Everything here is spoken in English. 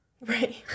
Right